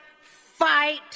fight